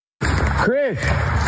Chris